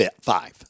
five